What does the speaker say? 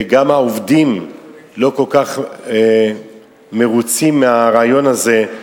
וגם העובדים לא כל כך מרוצים מהרעיון הזה.